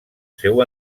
seu